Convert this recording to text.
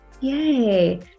Yay